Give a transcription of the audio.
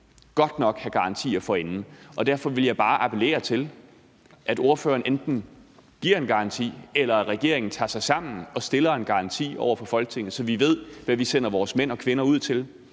godt nok have garantier for inden. Derfor vil jeg bare appellere til, at ordføreren enten giver en garanti, eller at regeringen tager sig sammen og stiller en garanti over for Folketinget, så vi ved, hvad vi sender vores mænd og kvinder ud til.